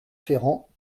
ferrand